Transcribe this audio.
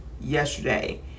yesterday